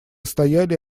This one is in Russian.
стояли